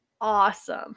awesome